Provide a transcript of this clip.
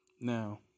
Now